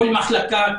כל מחלקה,